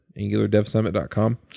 AngularDevSummit.com